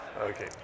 okay